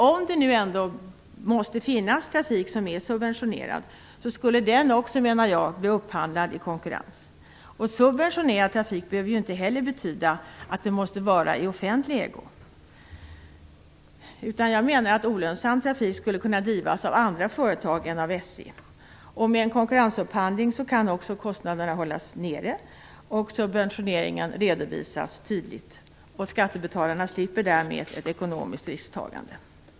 Om det nu måste finnas trafik som är subventionerad så skulle den också, menar jag, bli upphandlad i konkurrens. Det faktum att trafiken är subventionerad behöver inte heller betyda att den måste vara i offentlig ägo. Jag menar att olönsam trafik skulle kunna drivas av andra företag än SJ. Med en upphandling i konkurrens kan kostnaderna också hållas nere och subventioneringen redovisas tydligt. Skattebetalarna slipper därmed ett ekonomiskt risktagande.